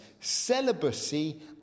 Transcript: celibacy